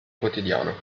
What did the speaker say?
quotidiano